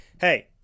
hey